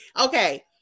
Okay